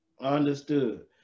Understood